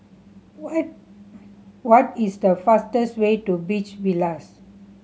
what is the fastest way to Beach Villas